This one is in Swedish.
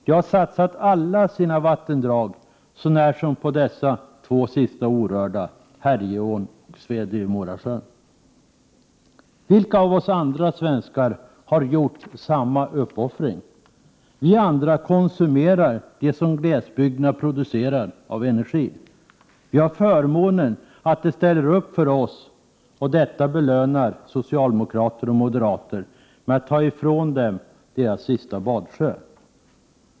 De har satsat alla sina vattendrag så när som på dessa två sista orörda — Härjeån och Smedjemorasjön. Vilka av oss andra svenskar har gjort samma uppoffring? Vi andra konsumerar det som glesbygderna producerar av energi. Vi har förmånen att de ställer upp för oss, och detta belönar socialdemokrater och moderater med att ta ifrån dem deras sista badsjö.